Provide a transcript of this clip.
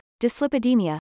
Dyslipidemia